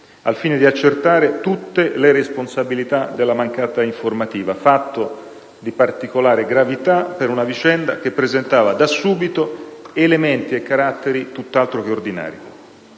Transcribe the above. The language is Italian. al fine di accertare tutte le responsabilità della mancata informativa, fatto di particolare gravità per una vicenda che presentava da subito elementi e caratteri tutt'altro che ordinari.